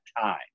time